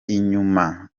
inyuma